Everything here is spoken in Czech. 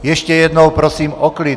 Ještě jednou prosím o klid.